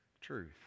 truth